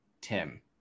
Tim